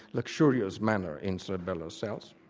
luxurious manner in cerebella cells.